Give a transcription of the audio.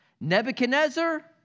Nebuchadnezzar